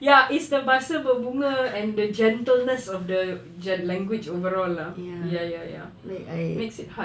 ya it's the bahasa berbunga and the gentleness of the language overall lah ya ya ya makes it hard